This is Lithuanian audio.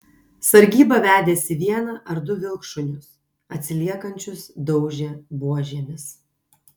sargyba vedėsi vieną ar du vilkšunius atsiliekančius daužė buožėmis